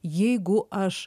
jeigu aš